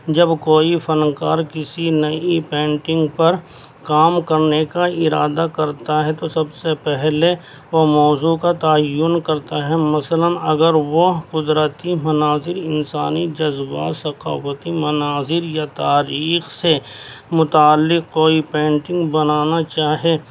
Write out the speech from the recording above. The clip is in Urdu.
جب کوئی فنکار کسی نئی پینٹنگ پر کام کرنے کا ارادہ کرتا ہے تو سب سے پہلے وہ موضوع کا تعین کرتا ہے مثلاً اگر وہ قدرتی مناظر انسانی جذبات ثقافتی مناظر یا تاریخ سے متعلق کوئی پینٹنگ بنانا چاہے